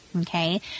Okay